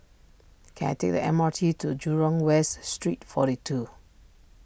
can I take the M R T to Jurong West Street forty two